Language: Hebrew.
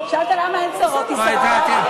שאלת למה אין שרות, היא שרה לעתיד.